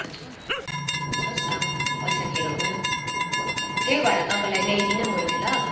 हजुर होस् अब पैसा खेरो गयो त्यही भएर तपाईँलाई ल्याइदिइनँ मैले ल